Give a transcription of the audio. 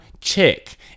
check